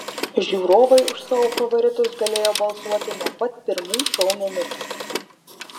žiūrovai už savo favoritus galėjo balsuoti nuo pat pirmų šou minučių